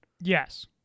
Yes